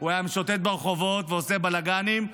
הוא היה משוטט ברחובות ועושה בלגנים,